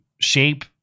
shape